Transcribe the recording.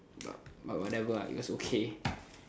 but but whatever ah it was okay